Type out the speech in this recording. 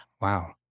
Wow